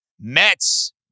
Mets